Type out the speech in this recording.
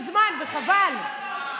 זה לא פרסונלי.